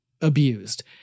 abused